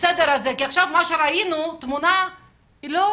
כי מהתמונה שקבלנו,